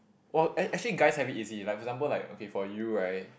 !wah! a~ actually guys have it easy like for example like okay for you right